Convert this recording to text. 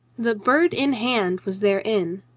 the bird in hand was their inn.